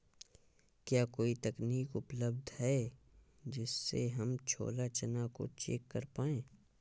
क्या कोई तकनीक उपलब्ध है जिससे हम छोला चना को चेक कर पाए?